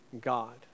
God